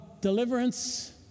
deliverance